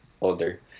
older